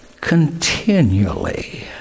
continually